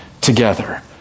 together